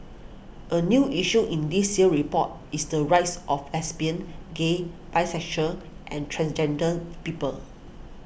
a new issue in this year's report is the rights of lesbian gay bisexual and transgender people